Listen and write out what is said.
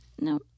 No